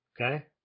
Okay